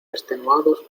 extenuados